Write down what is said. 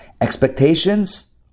Expectations